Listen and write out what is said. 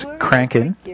cranking